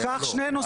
קח שני נושאים.